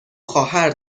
خواهر